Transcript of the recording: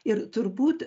ir turbūt